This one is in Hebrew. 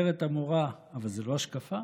אומרת המורה: אבל זו לא השקפה,